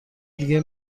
دیگه